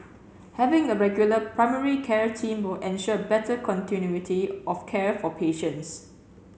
having a regular primary care team will ensure better continuity of care for patients